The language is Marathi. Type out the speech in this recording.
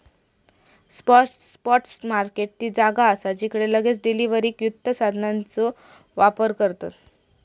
स्पॉट मार्केट ती जागा असा जिकडे लगेच डिलीवरीक वित्त साधनांचो व्यापार करतत